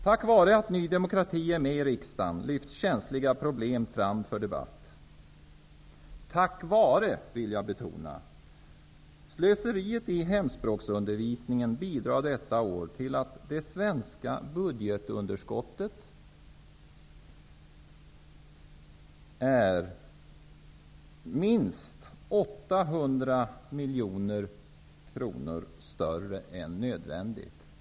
Tack vare att Ny demokrati kommit in i riksdagen har känsliga problem lyfts fram till debatt -- jag betonar orden tack vare. Slöseriet i hemspråksundervisningen bidrar detta år till att det svenska budgetunderskottet är minst 800 miljoner kronor större än nödvändigt.